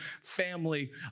family